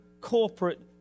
corporate